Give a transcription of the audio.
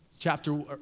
Chapter